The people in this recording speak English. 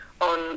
on